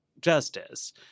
justice